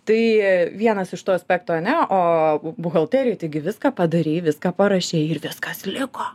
tai vienas iš tų aspektų ane o buhalterijoj taigi viską padarei viską parašei ir viskas liko